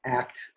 act